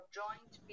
joint